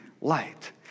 light